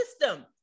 system